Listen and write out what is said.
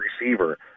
receiver